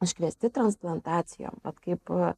iškviesti transplantacijom kaip